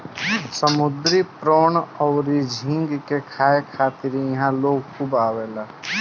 समुंद्री प्रोन अउर झींगा के खाए खातिर इहा लोग खूब आवेले